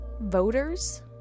voters